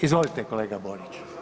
Izvolite kolega Borić.